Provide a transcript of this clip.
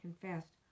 confessed